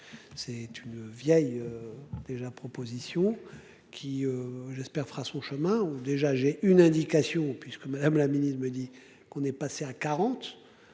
C'est une vieille. Déjà, proposition qui j'espère fera son chemin ou déjà j'ai une indication puisque Madame la Ministre je me dis qu'on est passé à 40.